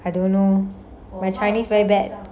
I don't know my chinese very bad